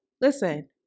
listen